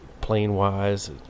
plane-wise